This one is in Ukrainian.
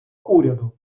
уряду